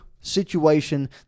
situation